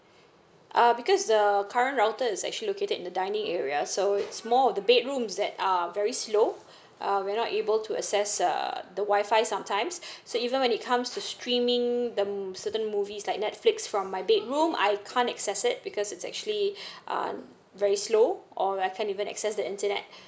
err because the current router is actually located in the dining area so it's more of the bedrooms that are very slow uh we are not able to access uh the Wi-Fi sometimes so even when it comes to streaming the certain movies like netflix from my bedroom I can't access it because it's actually um very slow or I can't even access the internet